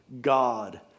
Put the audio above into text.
God